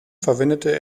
verwendete